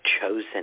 chosen